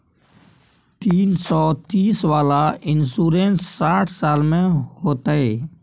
तीन सौ तीस वाला इन्सुरेंस साठ साल में होतै?